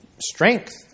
strength